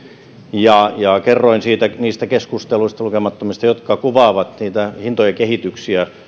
kerroin niistä keskusteluista lukemattomista jotka kuvaavat niitä hintojen kehityksiä